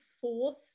fourth